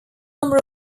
number